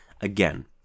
Again